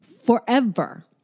forever